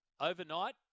Overnight